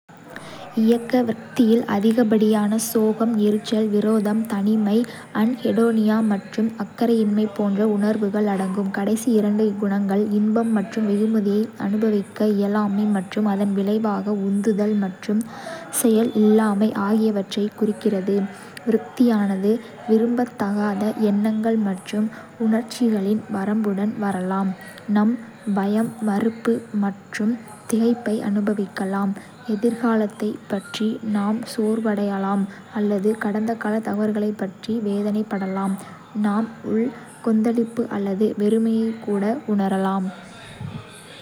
இயக்க விரக்தியில் அதிகப்படியான சோகம், எரிச்சல், விரோதம், தனிமை, அன்ஹெடோனியா மற்றும் அக்கறையின்மை போன்ற உணர்வுகள் அடங்கும். கடைசி இரண்டு குணங்கள் இன்பம் மற்றும் வெகுமதியை அனுபவிக்க இயலாமை மற்றும் அதன் விளைவாக உந்துதல் மற்றும் செயல் இல்லாமை ஆகியவற்றைக் குறிக்கிறது. விரக்தியானது விரும்பத்தகாத எண்ணங்கள் மற்றும் உணர்ச்சிகளின் வரம்புடன் வரலாம். நாம் பயம், மறுப்பு மற்றும் திகைப்பை அனுபவிக்கலாம். எதிர்காலத்தைப் பற்றி நாம் சோர்வடையலாம் அல்லது கடந்த கால தவறுகளைப் பற்றி வேதனைப்படலாம். நாம் உள் கொந்தளிப்பு அல்லது வெறுமையை கூட உணரலாம்.